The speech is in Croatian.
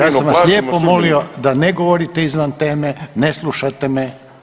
Ja sam vas lijepo molio da ne govorite izvan teme, ne slušate me.